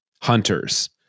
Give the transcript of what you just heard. hunters